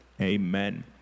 Amen